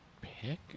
pick